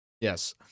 yes